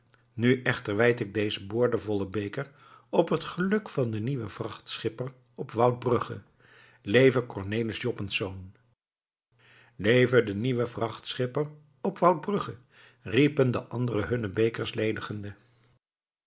nu echter wijd ik dezen boordevollen beker op het geluk van den nieuwen vrachtschipper op woubrugge leve cornelis joppensz leve de nieuwe vrachtschipper op woubrugge riepen de anderen hunne bekers ledigende